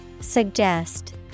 Suggest